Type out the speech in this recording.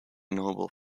notable